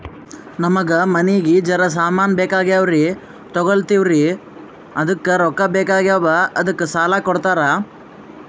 ನಮಗ ಮನಿಗಿ ಜರ ಸಾಮಾನ ಬೇಕಾಗ್ಯಾವ್ರೀ ತೊಗೊಲತ್ತೀವ್ರಿ ಅದಕ್ಕ ರೊಕ್ಕ ಬೆಕಾಗ್ಯಾವ ಅದಕ್ಕ ಸಾಲ ಕೊಡ್ತಾರ?